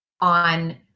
on